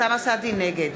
נגד